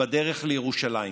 בדרך לירושלים